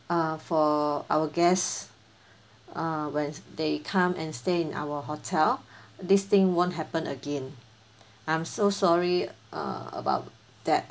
uh for our guests uh when they come and stay in our hotel this thing won't happen again I'm so sorry err about that